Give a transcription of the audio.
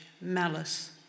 malice